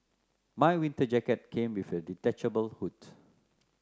my winter jacket came with a detachable hood